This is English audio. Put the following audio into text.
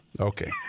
Okay